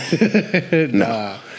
No